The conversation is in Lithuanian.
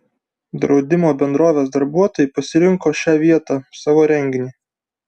draudimo bendrovės darbuotojai pasirinko šią vietą savo renginiui